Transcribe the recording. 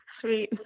Sweet